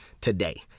today